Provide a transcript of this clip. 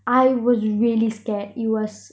I was really scared it was